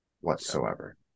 whatsoever